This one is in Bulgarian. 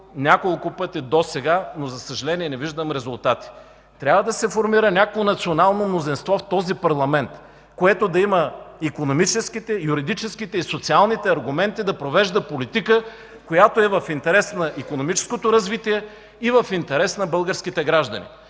няколко пъти досега, но, за съжаление, не виждам резултатите. Трябва да се формира някакво национално мнозинство в този парламент, което да има икономическите, юридическите и социалните аргументи да провежда политика, която е в интерес на икономическото развитие и в интерес на българските граждани.